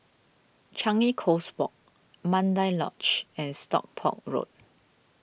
Changi Coast Walk Mandai Lodge and Stockport Road